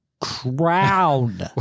crown